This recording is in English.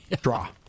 draw